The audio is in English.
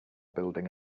building